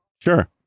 sure